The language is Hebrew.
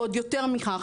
ועוד יותר מכך,